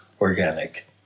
organic